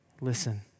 Listen